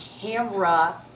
camera